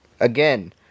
Again